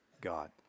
God